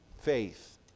faith